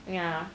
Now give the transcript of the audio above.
ya